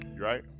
right